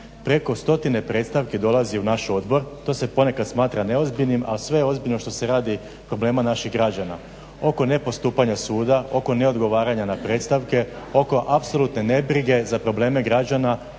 preko stotine predstavki dolazi u naš odbor. To se ponekad smatra neozbiljnim, a sve ozbiljno što se radi problema naših građana oko nepostupanja suda, oko neodgovaranja na predstavke, oko apsolutne nebrige za probleme građana